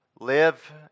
live